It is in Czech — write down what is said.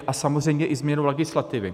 A samozřejmě i změnu legislativy.